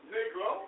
Negro